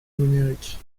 numérique